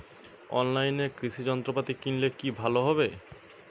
অনলাইনে কৃষি যন্ত্রপাতি কিনলে কি ভালো হবে?